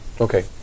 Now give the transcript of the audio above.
Okay